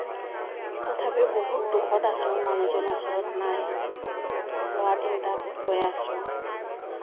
তথাপি বহুত দুখত আছোঁ মানুহজন ওচৰত নাই ল'ৰা তিনিটাক লৈ আছোঁ